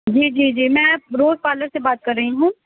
جی جی جی میں روز پارلر سے بات کر رہی ہوں